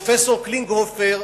פרופסור קלינגהופר,